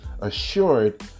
assured